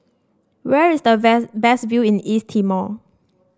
where is the best view in East Timor